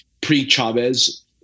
pre-Chavez